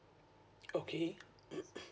okay